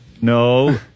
no